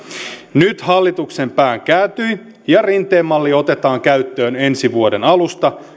nyt hallituksen pää kääntyi ja rinteen malli otetaan käyttöön ensi vuoden alusta